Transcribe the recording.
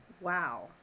Wow